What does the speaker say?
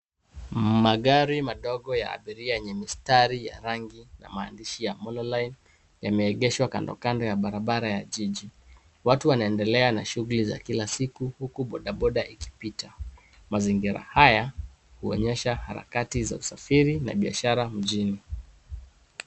Magari madogo ya abiria yenye mistari ya rangi na maandishi ya Mololine yameegeshwa kando kando ya barabara ya jiji. Watu wanaendelea na shughuli za kila siku huku bodaboda ikipita. Mazingira haya huonyesha harakati za usafiri na biashara mjini.